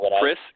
Chris